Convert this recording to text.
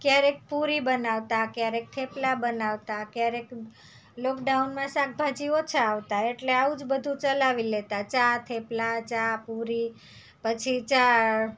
ક્યારેક પૂરી બનાવતાં ક્યારેક થેપલા બનાવતાં ક્યારેક લોકડાઉનમાં શાકભાજી ઓછાં આવતાં એટલે આવું જ બધું ચલાવી લેતાં ચા થેપલા ચા પૂરી પછી ચા